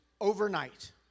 overnight